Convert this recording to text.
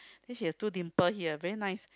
then she has two dimple here very nice